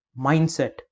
mindset